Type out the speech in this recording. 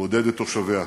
הוא עודד את תושביה.